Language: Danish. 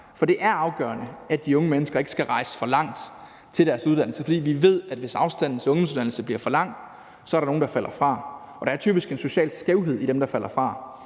For det er afgørende, at de unge mennesker ikke skal rejse for langt til deres uddannelse, for vi ved, at hvis afstanden til ungdomsuddannelsen bliver for lang, er der nogle, der falder fra. Og der er typisk en social skævhed med hensyn til dem, der falder fra.